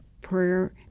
prayer